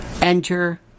Enter